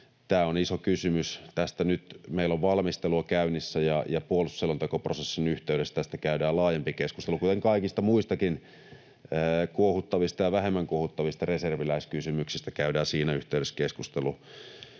tämä on iso kysymys. Tästä nyt meillä on valmistelua käynnissä, ja puolustusselontekoprosessin yhteydessä tästä käydään laajempi keskustelu, kuten kaikista muistakin kuohuttavista ja vähemmän kuohuttavista reserviläiskysymyksistä käydään siinä yhteydessä keskustelu.